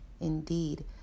indeed